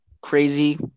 crazy